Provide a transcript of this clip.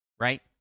Right